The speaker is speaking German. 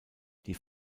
die